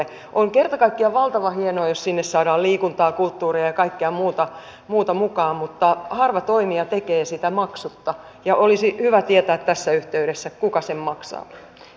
on kerta kaikkiaan valtavan hienoa jos sinne saadaan liikuntaa kulttuuria ja kaikkea muuta mukaan mutta harva toimija tekee sitä maksutta ja olisi hyvä tietää tässä yhteydessä kuka sen maksaa